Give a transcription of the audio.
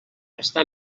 està